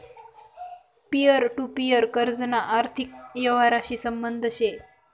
peer to peer कर्जना आर्थिक यवहारशी संबंध शे